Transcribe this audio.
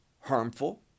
harmful